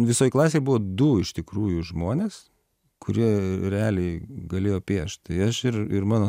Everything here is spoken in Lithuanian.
visoj klasėj buvo du iš tikrųjų žmonės kurie realiai galėjo piešt tai aš ir ir mano